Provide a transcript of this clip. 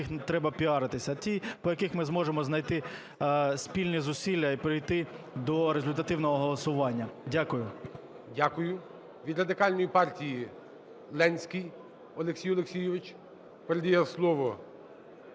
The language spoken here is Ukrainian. треба піаритись, а ті, по яких ми зможемо знайти спільні зусилля і прийти до результативного голосування. Дякую. ГОЛОВУЮЧИЙ. Дякую. Від Радикальної партії Ленський Олексій Олексійович передає слово